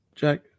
Jack